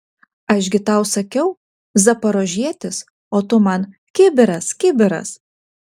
aš gi tau sakiau zaporožietis o tu man kibiras kibiras